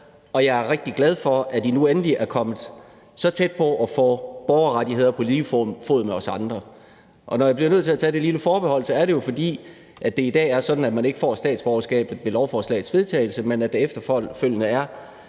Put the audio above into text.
og jeg er rigtig glad for, at I nu endelig er kommet så tæt på at få borgerrettigheder på lige fod med os andre. Og når jeg bliver nødt til at tage det lille forbehold, er det jo, fordi det i dag er sådan, at man ikke får statsborgerskabet ved lovforslagets vedtagelse, men først får det efterfølgende ved,